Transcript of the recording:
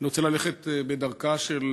אני רוצה ללכת בדרכה של